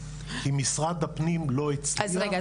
כי משרד הפנים לא -- אז רגע,